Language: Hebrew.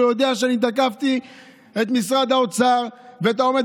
הוא יודע שתקפתי את משרד האוצר ואת העומד